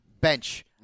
Bench